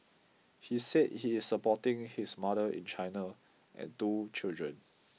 he said he is supporting his mother in China and two children